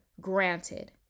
granted